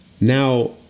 Now